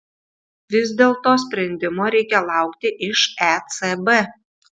vis dėlto sprendimo reikia laukti iš ecb